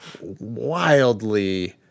wildly